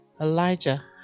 Elijah